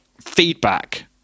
feedback